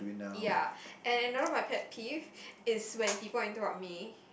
ya and another of my pet peeve is when people interrupt me